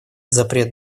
запрет